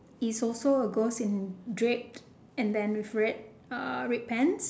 is also a ghost in draped and then with red uh red pants